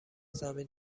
زمین